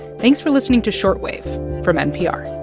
thanks for listening to short wave from npr